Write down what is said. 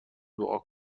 دعا